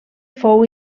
fou